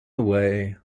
away